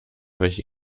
welche